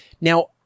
Now